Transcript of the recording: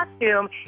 costume